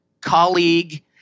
colleague